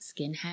Skinhead